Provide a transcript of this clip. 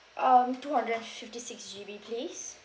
um two hundred and fifty six G_B please